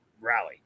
rally